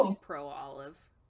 pro-Olive